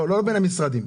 לא בין המשרדים.